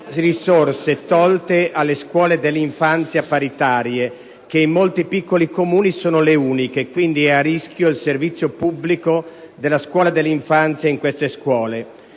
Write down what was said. risorse tolte alle scuole dell'infanzia paritarie che in molti piccoli Comuni sono le uniche. È a rischio, quindi, il servizio pubblico della scuola dell'infanzia in questi